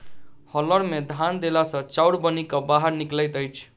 hauler मे धान देला सॅ चाउर बनि क बाहर निकलैत अछि